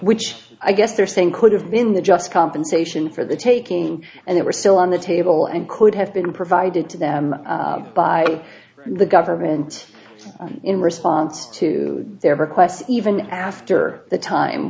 which i guess they're saying could have been the just compensation for the taking and they were still on the table and could have been provided to them by the government in response to their requests even after the time